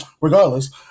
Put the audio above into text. regardless